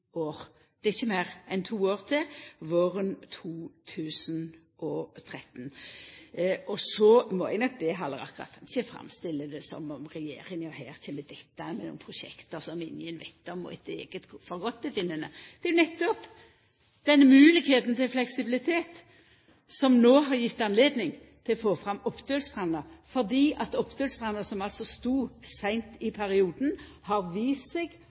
Det er ikkje meir enn to år til – våren 2013. Og så må eg nok be Halleraker om at han ikkje framstiller det som om regjeringa her kjem trekkjande med prosjekt som ingen veit noko om og etter eige «forgodtbefinnende». Det er jo nettopp denne moglegheita til fleksibilitet som no har gjeve høve til å få fram Oppdølstranda, som altså sto seint i perioden, fordi Oppdølstranda no har